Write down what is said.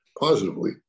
positively